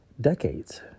decades